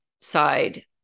side